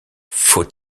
faux